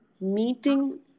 meeting